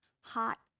hot